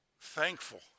Thankful